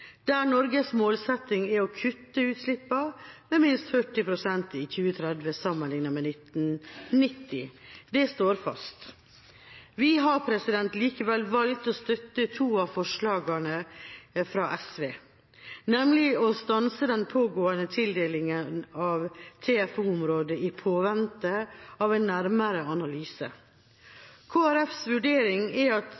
der Norges målsetting er å kutte utslippene med minst 40 pst. i 2030 sammenlignet med 1990. Det står fast. Vi har likevel valgt å støtte to av forslagene fra SV. Det ene er å stanse den pågående tildelingen av TFO-områder i påvente av en nærmere